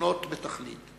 שונות בתכלית,